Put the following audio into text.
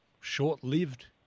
short-lived